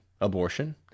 abortion